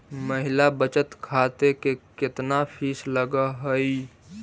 महिला बचत खाते के केतना फीस लगअ हई